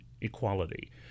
equality